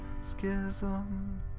schism